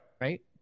Right